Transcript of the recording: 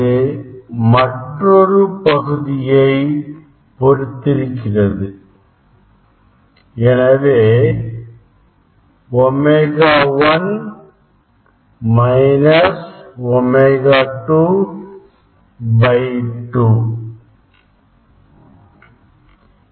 அது மற்றொரு பகுதியை பொறுத்திருக்கிறது எனவே ஒமேகா 1 மைனஸ் ஒமேகா 2 2